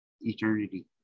eternity